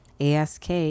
Ask